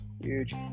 Huge